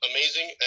Amazing